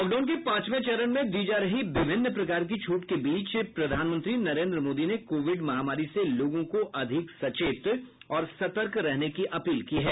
lockdown के पांचवे चरण में दी जा रही विभिन्न प्रकार की छूट के बीच प्रधानमंत्री नरेन्द्र मोदी ने कोविड महामारी से लोगों को अधिक सचेत और सतर्क रहने की अपील की है